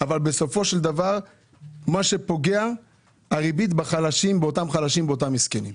אבל בסופו של דבר מה שפוגע זה הריבית באותם חלשים באותם מסכנים.